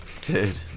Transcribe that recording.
Dude